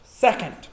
Second